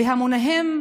בהמוניהם,